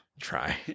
Try